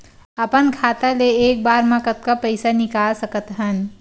अपन खाता ले एक बार मा कतका पईसा निकाल सकत हन?